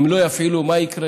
אם לא יפעילו, מה יקרה,